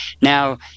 now